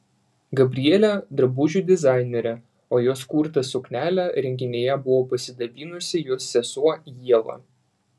gabrielė drabužių dizainerė o jos kurta suknele renginyje buvo pasidabinusi jos sesuo ieva